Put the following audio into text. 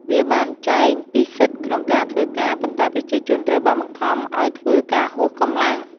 វាបានចែងពីសិទ្ធិក្នុងការធ្វើការ ប៉ុន្តែប្រជាជនត្រូវបានបង្ខំឱ្យធ្វើការហួសកម្លាំង។